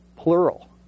plural